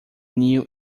knew